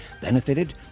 benefited